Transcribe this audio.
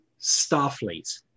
starfleet